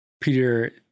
Peter